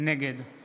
נגד